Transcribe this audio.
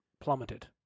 plummeted